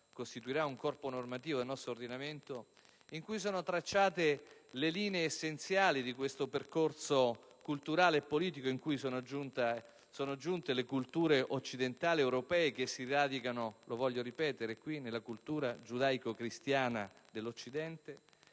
costituirà un corpo normativo nel nostro ordinamento, in cui sono tracciate le linee essenziali di questo percorso culturale e politico cui sono giunte le culture occidentali europee che si radicano - lo voglio ripetere qui - nella cultura giudaico-cristiana dell'Occidente,